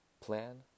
plan